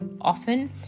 often